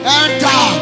enter